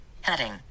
heading